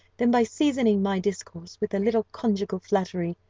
than by seasoning my discourse with a little conjugal flattery.